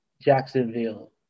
Jacksonville